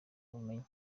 ubumenyi